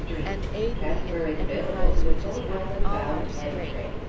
and aid me in an enterprise which is worth all our strength,